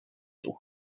tôt